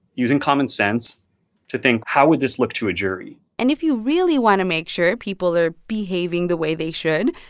using common sense to think, how would this look to a jury? and if you really want to make sure people are behaving the way they should,